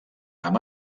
amb